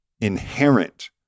inherent